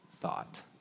thought